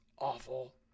awful